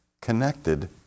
connected